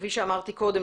כפי שאמרתי קודם,